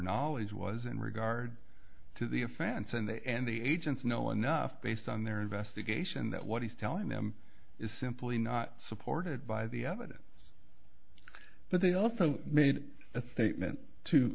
knowledge was in regard to the offense and they and the agents know enough based on their investigation that what he's telling them is simply not supported by the evidence but they also made a statement to